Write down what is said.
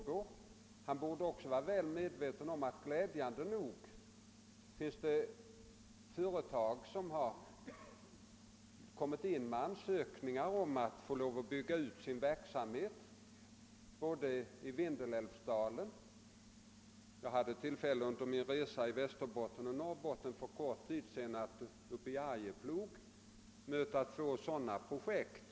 Herr Nilsson borde också vara väl medveten om att det glädjande nog finns företag som har kommit in med ansökningar om att få lov att bygga ut sin verksamhet bl.a. i Vindelälvsdalen. Jag hade exempelvis tillfälle att under en resa i Västerbotten och Norrbotten för någon tid sedan uppe i Arjeplog möta två sådana projekt.